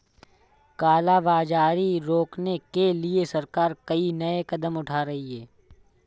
काला बाजारी रोकने के लिए सरकार कई कदम उठा रही है